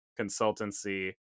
consultancy